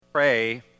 pray